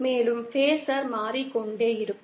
மேலும் பேஸர் மாறிக்கொண்டே இருக்கும்